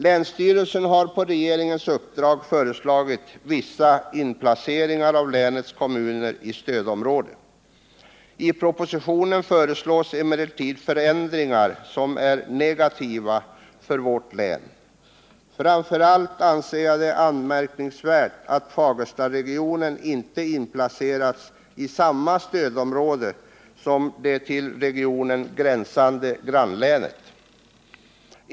Länsstyrelsen har på regeringens uppdrag föreslagit vissa inplaceringar av länets kommuner i stödområdet. I propositionen föreslås emellertid föränd ringar som är negativa för vårt län. Framför allt anser jag det anmärkningsvärt att Fagerstaregionen inte inplacerats i samma stödområde som det till regionen gränsande grannlänet.